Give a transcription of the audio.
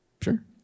Sure